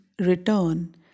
return